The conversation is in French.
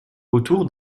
autour